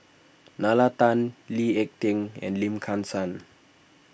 Nalla Tan Lee Ek Tieng and Lim Kim San